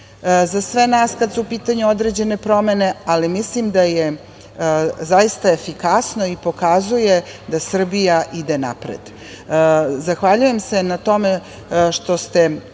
za sve nas kada su u pitanju određene promene, ali mislim da je efikasno i da pokazuje, da Srbija ide napred. Zahvaljujem se na tome što ste